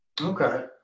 Okay